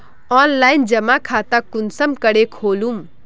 Online जमा खाता कुंसम करे खोलूम?